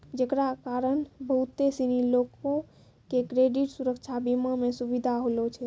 जेकरा कारण बहुते सिनी लोको के क्रेडिट सुरक्षा बीमा मे सुविधा होलो छै